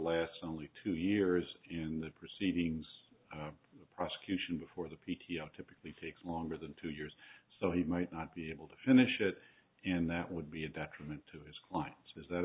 lasts only two years in the proceedings the prosecution before the p t o typically takes longer than two years so he might not be able to finish it and that would be a detriment to his client is that